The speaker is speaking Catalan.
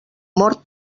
mort